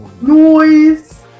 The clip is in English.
Noise